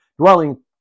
dwelling